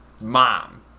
mom